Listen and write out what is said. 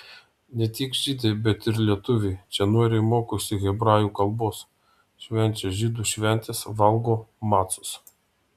ne tik žydai bet ir lietuviai čia noriai mokosi hebrajų kalbos švenčia žydų šventes valgo macus